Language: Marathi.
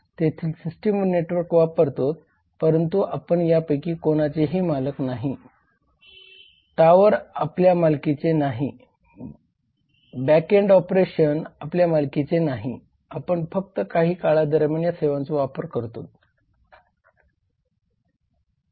तेथील सिस्टीम व नेटवर्क वापरतो परंतु आपण यापैकी कुणाचेही मालक नाही टॉवर आपल्या मालकीचे नाही बॅकएंड ऑपरेशन आपल्या मालकीचे नाही आपण फक्त काही काळादरम्यान या सेवांचा वापर करतोत